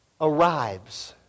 arrives